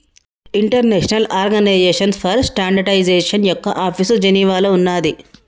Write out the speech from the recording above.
international organization for standardization యొక్క office జెనీవాలో ఉన్నాది